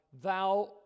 Thou